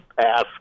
pass